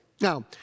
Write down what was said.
Now